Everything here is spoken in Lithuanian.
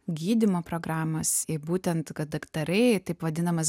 gydymo programas į būtent kad daktarai taip vadinamas